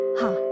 ha